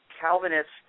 Calvinists